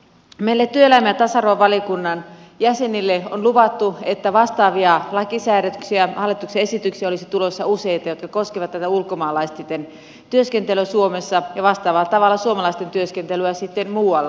meille työelämä ja tasa arvovaliokunnan jäsenille on luvattu että vastaavia lakisäädöksiä hallituksen esityksiä olisi tulossa useita jotka koskevat tätä ulkomaalaisten työskentelyä suomessa ja vastaavalla tavalla suomalaisten työskentelyä sitten muualla